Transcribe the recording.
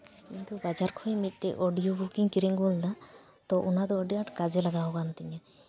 ᱤᱧ ᱫᱚ ᱵᱟᱡᱟᱨ ᱠᱷᱚᱱ ᱢᱤᱫᱴᱤᱱ ᱚᱰᱤᱭᱳ ᱵᱩᱠ ᱤᱧ ᱠᱤᱨᱤᱧ ᱟᱹᱜᱩ ᱞᱮᱫᱟ ᱛᱳ ᱚᱱᱟ ᱫᱚ ᱟᱹᱰᱤ ᱟᱸᱴ ᱠᱟᱡᱮ ᱞᱟᱜᱟᱣ ᱟᱠᱟᱱ ᱛᱤᱧᱟᱹ